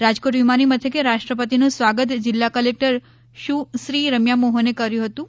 રાજકોટ વિમાની મથકે રાષ્ટ્રપતિનું સ્વાગત જિલ્લા ક્લેક્ટર સુશ્રી રમ્યા મોહને કર્યું હતું